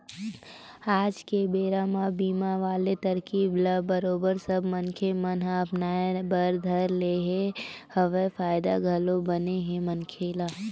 आज के बेरा म बीमा वाले तरकीब ल बरोबर सब मनखे मन ह अपनाय बर धर ले हवय फायदा घलोक बने हे मनखे ल